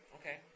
Okay